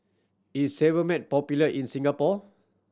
is Sebamed popular in Singapore